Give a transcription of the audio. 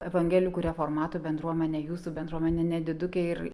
evangelikų reformatų bendruomenė jūsų bendruomenė nedidukė ir